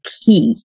key